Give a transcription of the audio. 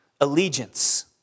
allegiance